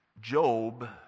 Job